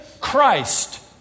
Christ